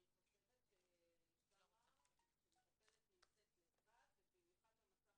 אני חושבת שכשמטפלת נמצאת לבד ובמיוחד במצב